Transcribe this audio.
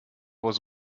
was